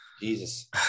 Jesus